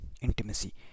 intimacy